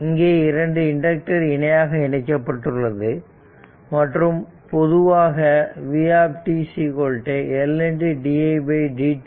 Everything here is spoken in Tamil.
இங்கே 2 இண்டக்டர் இணையாக இணைக்கப்பட்டுள்ளது மற்றும் பொதுவாக vt L d id t